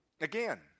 Again